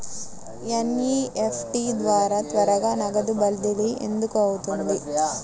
NEFT ద్వారా త్వరగా నగదు బదిలీ ఎందుకు అవుతుంది?